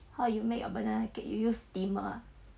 how you make your banana cake you use steamer